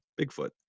Bigfoot